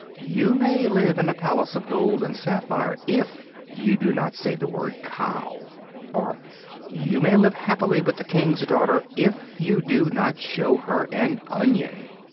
you may live in a palace of gold and sapphire, if you do not say the word cow or you may live happily with the king's daughter, if you do not show her an onion.